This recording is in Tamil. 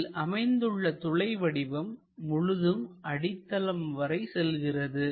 இதில் அமைந்துள்ள துளை வடிவம் முழுவதும் அடித்தளம் வரை செல்கிறது